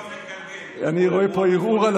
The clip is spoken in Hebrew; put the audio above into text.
אירוע מתגלגל.